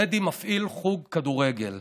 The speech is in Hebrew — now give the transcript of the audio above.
דדי מפעיל חוג כדורגל,